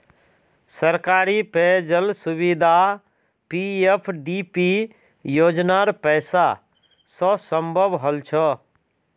सरकारी पेय जल सुविधा पीएफडीपी योजनार पैसा स संभव हल छ